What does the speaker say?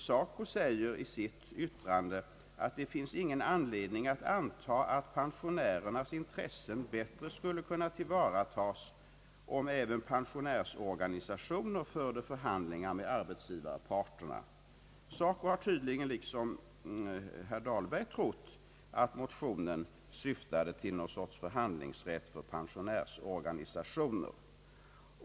SACO säger i sitt yttrande, att det inte finns någon anledning anta att pensionärernas intressen bättre skulle kunna tillvaratas om även pensionärsorganisationer förde förhandlingar med arbetsgivarparterna. SACO har tydligen liksom herr Dahlberg trott, att motionen syftade till någon sorts förhandlingsrätt för pensionärsorganisationer.